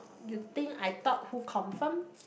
you think I thought who confirm